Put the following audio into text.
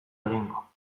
egingo